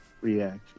reaction